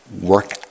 work